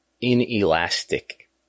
inelastic